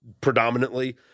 predominantly